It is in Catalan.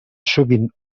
sovint